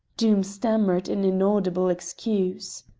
doom stammered an inaudible excuse.